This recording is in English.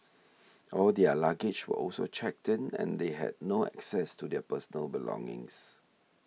all their luggage were also checked in and they had no access to their personal belongings